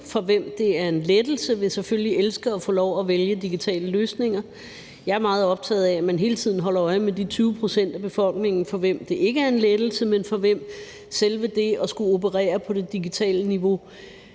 for hvem det er en lettelse, selvfølgelig vil elske at få lov at vælge digitale løsninger. Jeg er meget optaget af, at man hele tiden holder øje med de 20 pct. af befolkningen, for hvem det ikke er en lettelse, men for hvem selve det at skulle operere på det digitale niveau